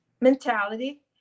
mentality